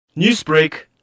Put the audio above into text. Newsbreak